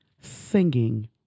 singing